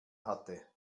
hatte